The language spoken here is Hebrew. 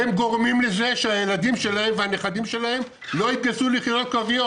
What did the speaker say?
הם גורמים לזה שהילדים שלהם והנכדים שלהם לא יתגייסו ליחידות קרביות.